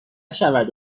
شود